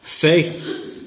faith